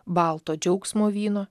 balto džiaugsmo vyno